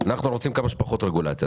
צרכני שנכתב יד ביד עם הפיקוח על הבנקים,